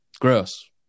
Gross